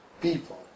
people